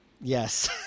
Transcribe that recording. yes